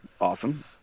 Awesome